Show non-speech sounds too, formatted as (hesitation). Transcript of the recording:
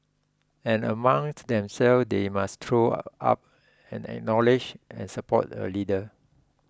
and amongst themselves they must throw (hesitation) up and acknowledge and support a leader